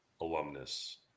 alumnus